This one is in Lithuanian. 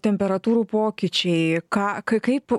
temperatūrų pokyčiai ką kaip